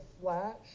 flash